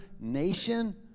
nation